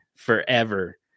Forever